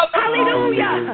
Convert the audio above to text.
hallelujah